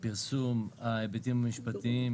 הפרסום, ההיבטים המשפטיים